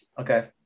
Okay